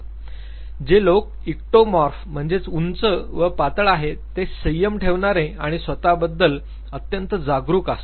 जे लोक इकोटोमॉर्फ म्हणजे उंच व पातळ आहेत ते संयम ठेवणारे आणि स्वतःबद्दल अत्यंत जागरूक असतात